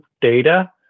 data